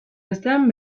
bestean